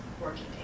working